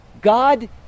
God